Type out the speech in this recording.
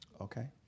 Okay